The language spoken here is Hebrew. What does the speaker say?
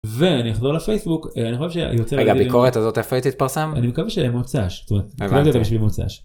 ואני חוזר לפייסבוק אני חושב שזה יוצא לביקורת הזאת איפה הייתי תפרסם אני מקווה שזה מוצש.